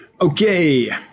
Okay